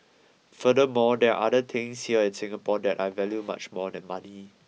furthermore there are other things here in Singapore that I value much more than money